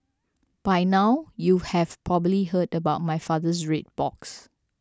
by now you have probably heard about my father's red box